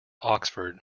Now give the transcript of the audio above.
oxford